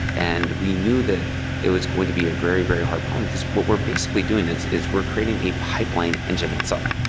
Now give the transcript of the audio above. and we knew that it was going to be a very, very problem, because what we're basically doing is is we're creating a pipeline engine itself.